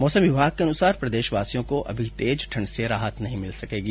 मौसम विभाग के अनुसार प्रदेश वासियों को अभी तेज ठंड से राहत नहीं मिल सकेगी